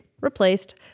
Replaced